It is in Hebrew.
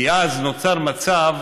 כי אז נוצר מצב